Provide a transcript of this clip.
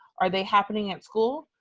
are they happening at school?